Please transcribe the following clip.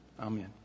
Amen